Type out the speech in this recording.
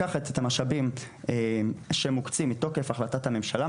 לקחת את המשאבים שמוקצים מתוקף החלטת הממשלה,